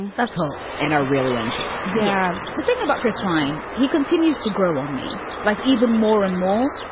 and that's whole and are really unashamed. yeah the thing about chris pyne, he continues to grow on me like even more and more.